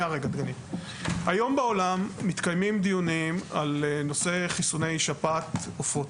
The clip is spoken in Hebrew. היום בעולם מתקיימים דיונים על נושא חיסוני שפעת עופות.